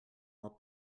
will